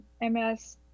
MS